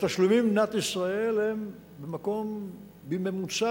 התשלומים במדינת ישראל הם במקום ממוצע